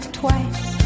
twice